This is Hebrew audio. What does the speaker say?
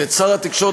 ואת שר התקשורת,